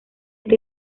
este